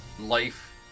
life